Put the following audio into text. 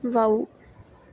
wow